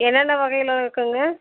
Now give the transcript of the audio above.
என்னென்ன வகையில இருக்குங்க